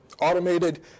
automated